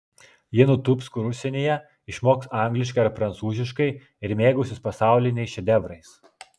ji nutūps kur užsienyje išmoks angliškai ar prancūziškai ir mėgausis pasauliniais šedevrais